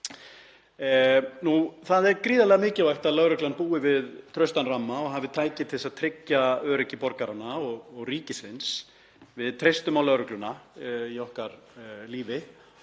Það er gríðarlega mikilvægt að lögreglan búi við traustan ramma og hafi tæki til að tryggja öryggi borgaranna og ríkisins. Við treystum á lögregluna í okkar lífi